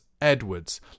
Edwards